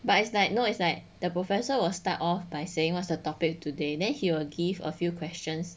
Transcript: but it's like no it's like the professor will start off by saying what's the topic today then he will give a few questions